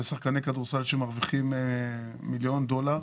יש שחקני כדורסל שמרוויחים מיליון דולר,